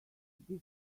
this